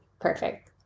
Perfect